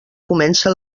comença